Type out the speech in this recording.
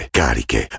cariche